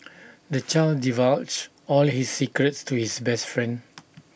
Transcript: the child divulged all his secrets to his best friend